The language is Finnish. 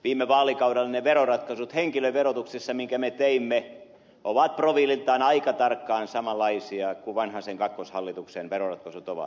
viime vaalikaudella ne veroratkaisut henkilöverotuksissa mitkä me teimme olivat profiililtaan aika tarkkaan samanlaisia kuin vanhasen kakkoshallituksen veroratkaisut ovat